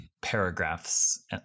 paragraphs